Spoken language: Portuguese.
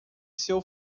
seu